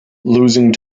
losing